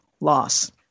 loss